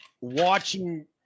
watching